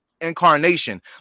incarnation